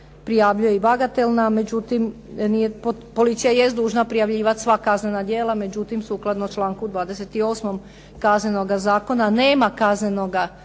prijavljuje i bagatelna, policija je dužna prijavljivati sva kaznena djela, međutim, sukladno članku 28. kaznenoga zakona nema kaznenoga